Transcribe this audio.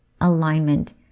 alignment